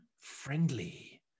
friendly